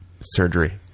surgery